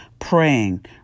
praying